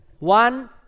One